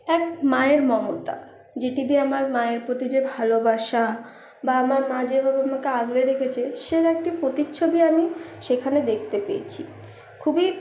এক মায়ের মমতা যেটি দিয়ে আমার মায়ের প্রতি যে ভালোবাসা বা আমার মা যেভাবে আমাকে আগলে রেখেছে সের একটি প্রতিচ্ছবি আমি সেখানে দেখতে পেয়েছি খুবই